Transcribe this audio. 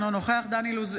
אינו נוכח דן אילוז,